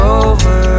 over